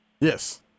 Yes